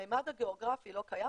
הממד הגיאוגרפי לא קיים,